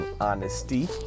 honesty